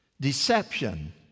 deception